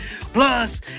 Plus